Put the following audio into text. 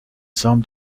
some